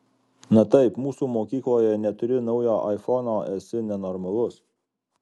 na taip mūsų mokykloje neturi naujo aifono esi nenormalus